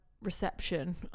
reception